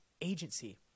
agency